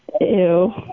Ew